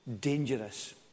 dangerous